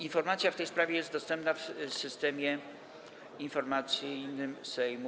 Informacja w tej sprawie jest dostępna w Systemie Informacyjnym Sejmu.